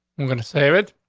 we're going to save it.